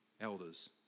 elders